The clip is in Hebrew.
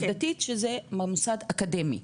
עובדתית שזה במוסד אקדמי,